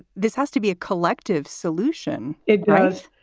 this has to be a collective solution. it does.